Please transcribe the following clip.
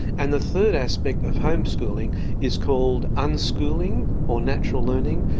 and the third aspect of homeschooling is called unschooling, or natural learning,